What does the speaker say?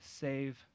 save